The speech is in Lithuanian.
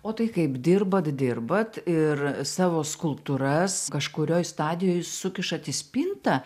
o tai kaip dirbat dirbat ir savo skulptūras kažkurioj stadijoj sukišat į spintą